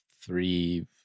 three